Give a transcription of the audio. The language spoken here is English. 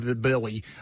Billy